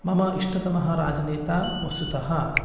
मम इष्टतमः राजनेता वस्तुतः